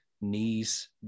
knees